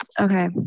Okay